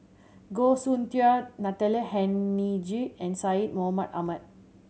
Goh Soon Tioe Natalie Hennedige and Syed Mohamed Ahmed